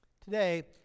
Today